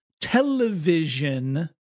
television